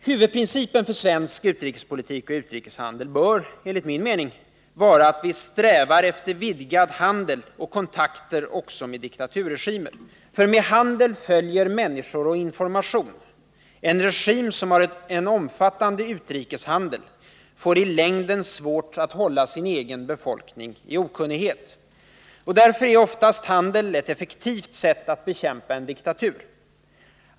Huvudprincipen för svensk utrikespolitik och utrikeshandel bör — enligt min mening — vara att vi strävar efter vidgad handel och kontakter också med diktaturregimer. Med handel följer människor och information. En regim som har en omfattande utrikeshandel får i längden svårt att hålla sin egen befolkning i okunnighet. Därför är oftast handel ett effektivt sätt att bekämpa en diktatur.